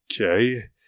Okay